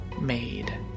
made